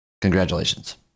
Congratulations